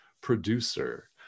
producer